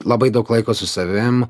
labai daug laiko su savim